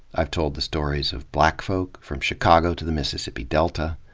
i've told the stories of black folk from chicago to the mississippi delta.